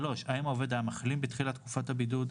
(3)האם העובד היה מחלים בתחילת תקופת הבידוד.